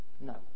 No